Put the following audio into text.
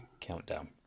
countdown